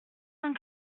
cent